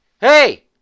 hey